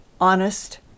honest